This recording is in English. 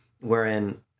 wherein